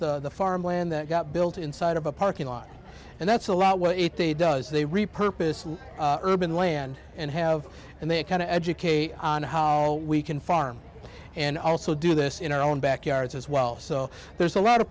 s the farmland that got built inside of a parking lot and that's a lot well it does they repurpose urban land and have and they kind of educate on how we can farm and also do this in our own backyards as well so there's a lot